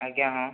ଆଜ୍ଞା ହଁ